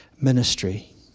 ministry